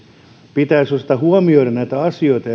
pitäisi osata huomioida näitä asioita